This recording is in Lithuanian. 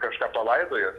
kažką palaidojęs